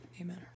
Amen